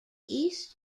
east